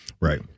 Right